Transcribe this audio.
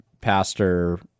pastor